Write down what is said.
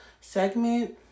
segment